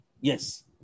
Yes